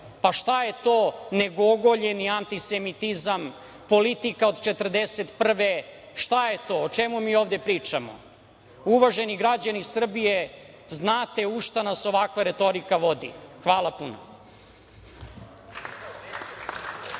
Šta je to nego ogoljeni antisemitizam, politika od 1941., šta je to, o čemu mi ovde pričamo? Uvaženi građani Srbije, znate u šta nas ovakva retorika vodi. Hvala puno.